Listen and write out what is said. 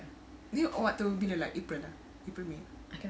ni waktu bila like april eh april may